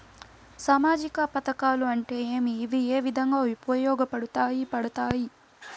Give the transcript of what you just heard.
సామాజిక పథకాలు అంటే ఏమి? ఇవి ఏ విధంగా ఉపయోగపడతాయి పడతాయి?